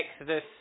Exodus